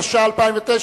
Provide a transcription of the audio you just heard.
התש"ע 2010,